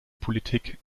politik